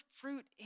fruit